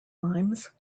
limes